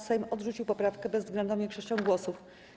Sejm odrzucił poprawkę bezwzględną większością głosów.